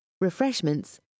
refreshments